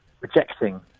rejecting